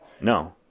No